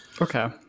Okay